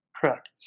Correct